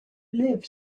live